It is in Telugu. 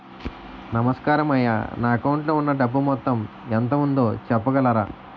నమస్కారం అయ్యా నా అకౌంట్ లో ఉన్నా డబ్బు మొత్తం ఎంత ఉందో చెప్పగలరా?